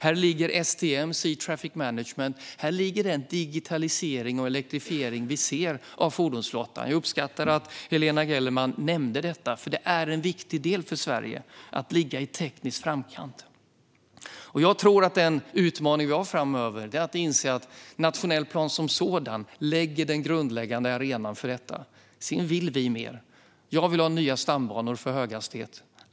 Här ligger STM, Sea Traffic Management. Här ligger den digitalisering och elektrifiering vi ser av fordonsflottan. Jag uppskattar att Helena Gellerman nämnde detta, för det är en viktig del för Sverige att ligga i teknisk framkant. Jag tror att en utmaning vi har framöver är att inse att den nationella planen som sådan skapar den grundläggande arenan för detta. Sedan vill vi mer. Jag vill ha nya stambanor för höghastighetståg.